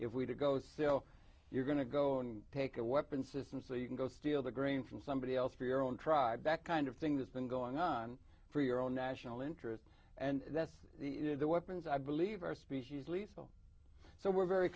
if we to go so you're going to go in and take a weapon system so you can go steal the grain from somebody else for your own tribe that kind of thing that's been going on for your own national interest and that's the weapons i believe are species least so we're very